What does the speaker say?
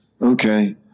Okay